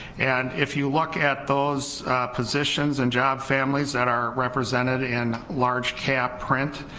and if you look at those positions and job families that are represented in large cap print,